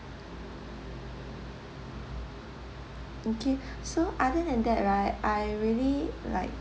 okay so other than that right I really like